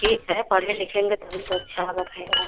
ठीक है पढ़े लिखेंगे तभी तो अच्छा रहेगा